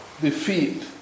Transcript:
defeat